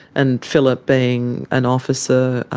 and phillip being an officer,